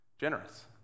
Generous